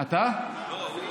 זה יותר מדי זמן?